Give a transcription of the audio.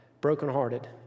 brokenhearted